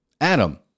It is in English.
Adam